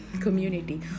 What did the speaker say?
community